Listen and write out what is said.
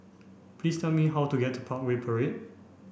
please tell me how to get to Parkway Parade